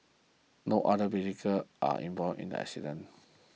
no other vehicle are involved in the accident